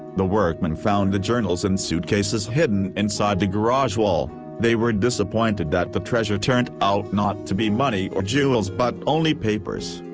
the workmen found the journals in suitcases hidden inside the garage wall they were disappointed that the treasure turned out not to be money or jewels but only papers.